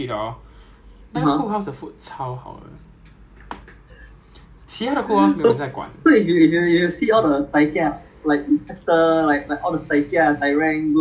no you cannot you cannot follow them where they eat because you are you are you are specified to one one cookhouse ya but if that cookhouse you are allocated to right is like